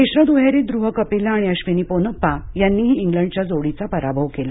मिश्र दुहेरीत धुव कपिला आणि अश्विनी पोनप्पा यांनीही ख्लडच्या जोडीचा पराभव केला